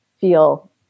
feel